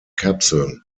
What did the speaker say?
kapseln